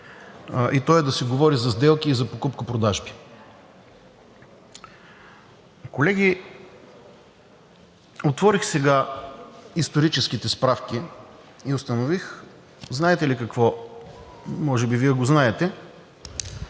и то е да се говори за сделки и за покупко-продажба. Колеги, отворих сега историческите справки и установих, знаете ли какво? Може би Вие го знаете!